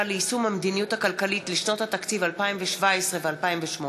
ליישום המדיניות הכלכלית לשנות התקציב 2017 ו-2018),